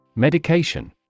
Medication